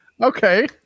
okay